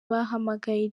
bahamagaye